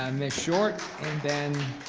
um ms. short and then